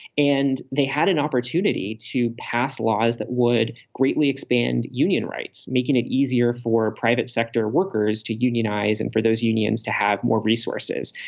and they had an opportunity to pass laws that would greatly expand union rights, making it easier for private sector workers to unionize and for those unions to have more resources.